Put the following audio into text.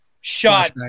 shot